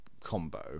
combo